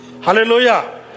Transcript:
Hallelujah